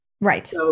Right